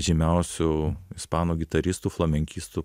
žymiausiu ispanų gitaristu flamenkistu